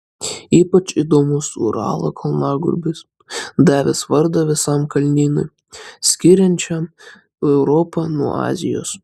ypač įdomus uralo kalnagūbris davęs vardą visam kalnynui skiriančiam europą nuo azijos